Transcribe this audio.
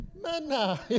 Manna